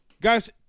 Guys